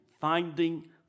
finding